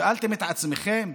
שאלתם את עצמכם?